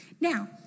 Now